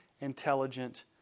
intelligent